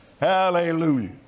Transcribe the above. Hallelujah